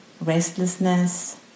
restlessness